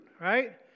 right